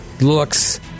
looks